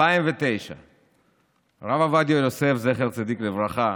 2009 הרב עובדיה יוסף, זכר צדיק לברכה,